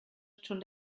schon